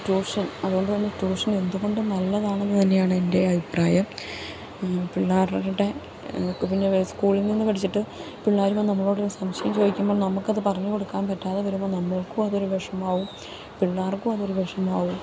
tuition അതുകൊണ്ട് തന്നെ tuition എന്തുകൊണ്ടും നല്ലതാണെന്ന് തന്നെയാണ് എൻ്റെ അഭിപ്രായം പിള്ളേരുടെ പിന്നെ വേ സ്കൂളില്നിന്ന് പഠിച്ചിട്ട് പിള്ളേർ വന്ന് നമ്മളോട് സംശയം ചോദിക്കുമ്പോള് നമുക്കത് പറഞ്ഞ് കൊടുക്കാൻ പറ്റാതെ വരുമ്പോൾ നമ്മൾക്ക് അതൊരു വിഷമമാവും പിള്ളേർക്കും അതൊരു വിഷമമാവും